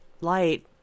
light